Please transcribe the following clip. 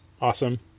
awesome